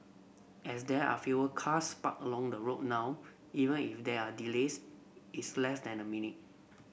as there are fewer cars parked along the road now even if they are delays it's less than a minute